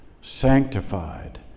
sanctified